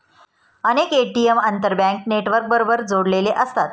अनेक ए.टी.एम आंतरबँक नेटवर्कबरोबर जोडलेले असतात